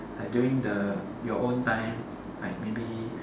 like during the your own time like maybe